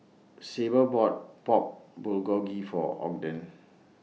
Sable bought Pork Bulgogi For Ogden